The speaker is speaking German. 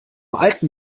alten